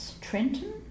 Trenton